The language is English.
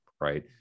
right